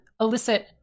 elicit